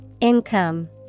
Income